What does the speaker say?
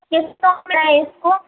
किस्तों में है इसको